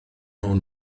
nhw